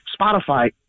Spotify